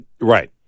Right